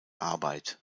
arbeit